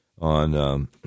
on